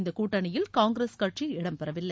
இந்த கூட்டணியில் காங்கிரஸ் கட்சி இடம்பெறவில்லை